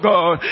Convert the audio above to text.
God